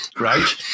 right